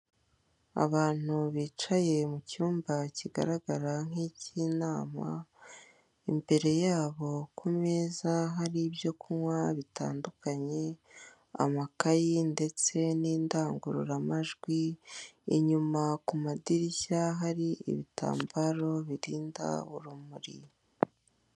Abantu bicaye mu cyumba kigaragara nk'ik'inama, imbere yabo ku meza hari ibyo kunywa bitandukanye amakayi ndetse n'indangururamajwi, inyuma ku madirishya hari ibitambaro birinda urumuri.